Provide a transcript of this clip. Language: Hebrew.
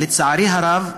לצערי הרב,